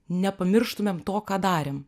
nepamirštumėm to ką darėm